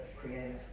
creative